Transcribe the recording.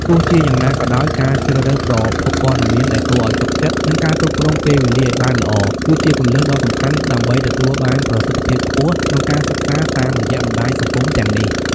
ទោះជាយ៉ាងណាក៏ដោយ ការជ្រើសរើសប្រភពព័ត៌មានដែលគួរឲ្យទុកចិត្ត និងការគ្រប់គ្រងពេលវេលាឲ្យបានល្អ គឺជាគន្លឹះដ៏សំខាន់ដើម្បីទទួលបានប្រសិទ្ធភាពខ្ពស់ក្នុងការសិក្សាតាមរយៈបណ្ដាញសង្គមទាំងនេះ។